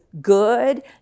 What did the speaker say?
good